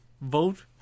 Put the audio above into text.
vote